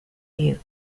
you